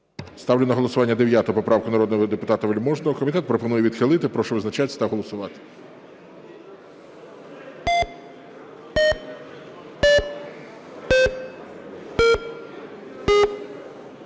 Ставлю на голосування 9 поправку народного депутата Вельможного. Комітет пропонує відхилити. Прошу визначатися та голосувати.